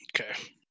Okay